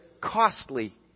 costly